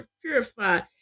purified